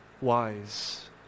wise